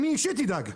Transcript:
אני אישית אדאג,